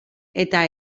eta